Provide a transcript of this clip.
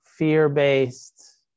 fear-based